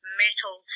metal